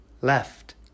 left